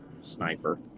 sniper